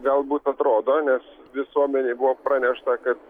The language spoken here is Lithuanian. galbūt atrodo nes visuomenei buvo pranešta kad